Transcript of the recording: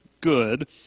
good